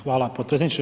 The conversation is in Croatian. Hvala potpredsjedniče.